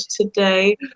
today